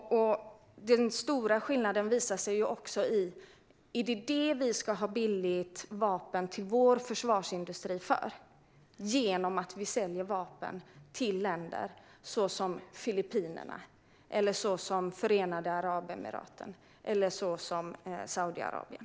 Den stora skillnaden visar sig ju också i frågan om vårt försvar ska få tillgång till billiga vapen genom att vi säljer vapen till länder såsom Filippinerna, Förenade Arabemiraten och Saudiarabien.